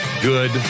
good